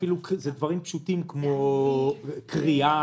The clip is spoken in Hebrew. זה דברים פשוטים כמו קריאה,